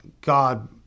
God